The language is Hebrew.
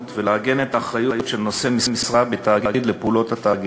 ולעגן את האחריות של נושא משרה בתאגיד לפעולות התאגיד.